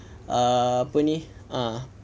ah apa ni ah